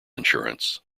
insurance